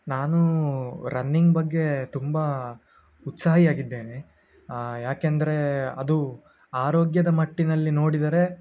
ನಾನು ರನ್ನಿಂಗ್ ಬಗ್ಗೆ ತುಂಬ ಉತ್ಸಾಹಿಯಾಗಿದ್ದೇನೆ ಯಾಕೆಂದ್ರೆ ಅದು ಆರೋಗ್ಯದ ಮಟ್ಟಿನಲ್ಲಿ ನೋಡಿದರೆ